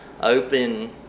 Open